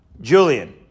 Julian